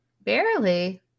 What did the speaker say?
Barely